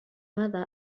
ماذا